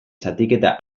zatiketa